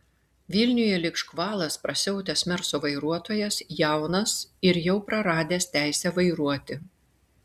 vilniuje lyg škvalas prasiautęs merso vairuotojas jaunas ir jau praradęs teisę vairuoti